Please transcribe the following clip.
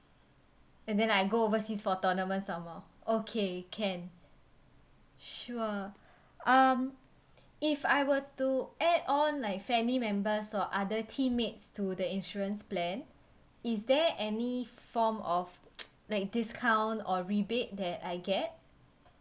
and then I go overseas for tournament some more okay can sure um if I were to add on like family members or other teammates to the insurance plan is there any form of like discount or rebate that I get